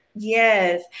Yes